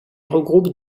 regroupe